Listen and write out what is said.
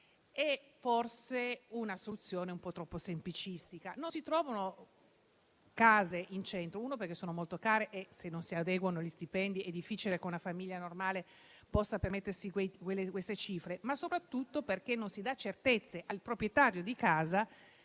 forse è un assunto un po' troppo semplicistico. Non si trovano case in centro innanzi tutto perché sono molto care e se non si adeguano gli stipendi è difficile che una famiglia normale possa permettersi quelle cifre, ma soprattutto perché non si dà certezza al proprietario di casa,